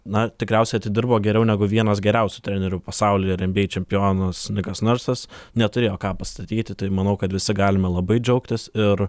na tikriausiai atidirbo geriau negu vienas geriausių trenerių pasaulyje ir nba čempionas nikas narsas neturėjo ką pastatyti tai manau kad visi galime labai džiaugtis ir